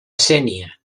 sénia